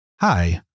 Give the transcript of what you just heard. hi